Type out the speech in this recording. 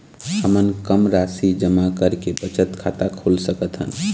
हमन कम राशि जमा करके बचत खाता खोल सकथन?